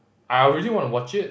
I will really want to watch it